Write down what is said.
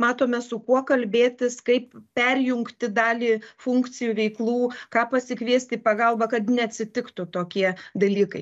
matome su kuo kalbėtis kaip perjungti dalį funkcijų veiklų ką pasikviesti į pagalbą kad neatsitiktų tokie dalykai